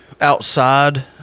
outside